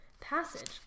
passage